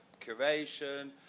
curation